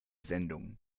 sendung